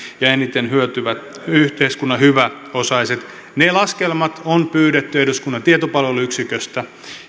ja eniten hyötyvät yhteiskunnan hyväosaiset ne laskelmat on pyydetty eduskunnan tietopalveluyksiköstä